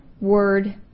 word